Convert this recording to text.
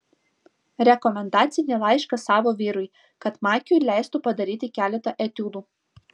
rekomendacinį laišką savo vyrui kad makiui leistų padaryti keletą etiudų